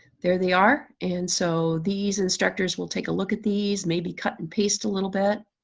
there they are. and so these instructors will take a look at these, maybe cut and paste a little bit.